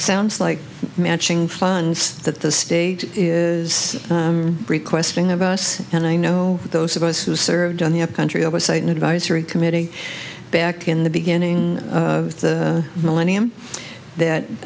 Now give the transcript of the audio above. sounds like matching funds that the state is is requesting of us and i know those of us who served on the up country oversight an advisory committee back in the beginning of the millennium